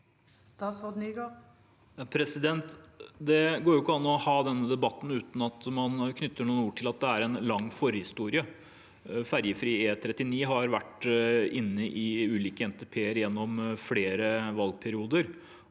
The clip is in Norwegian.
Jon-Ivar Nygård Det går ikke an å ha denne debatten uten at man knytter noen ord til at det er en lang forhistorie. Ferjefri E39 har vært inne i ulike NTP-er gjennom flere valgperioder.